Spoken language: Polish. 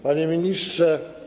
Panie Ministrze!